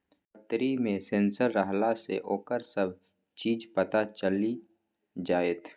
पतरी मे सेंसर रहलासँ ओकर सभ चीज पता चलि जाएत